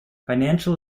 financial